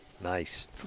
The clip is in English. Nice